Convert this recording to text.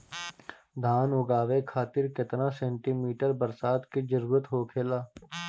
धान उगावे खातिर केतना सेंटीमीटर बरसात के जरूरत होखेला?